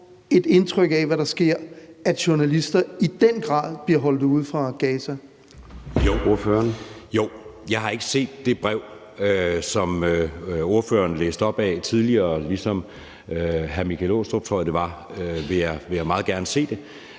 et indtryk af, hvad der sker, at journalister i den grad bliver holdt ude fra Gaza? Kl. 00:11 Formanden (Søren Gade): Ordføreren. Kl. 00:11 Jeppe Søe (M): Jo. Jeg har ikke set det brev, som ordføreren læste op af tidligere. Ligesom hr. Michael Aastrup Jensen, tror jeg det var, vil jeg meget gerne se det.